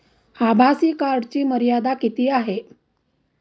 आभासी कार्डची मर्यादा किती आहे?